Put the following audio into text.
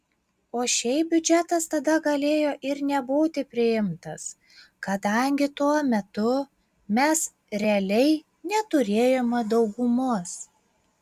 o šiaip biudžetas tada galėjo ir nebūti priimtas kadangi tuo metu mes realiai neturėjome daugumos